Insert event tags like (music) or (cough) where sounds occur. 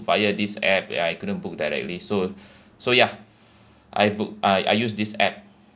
via this app ya I couldn't book directly so (breath) so ya I booked I I use this app